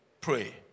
pray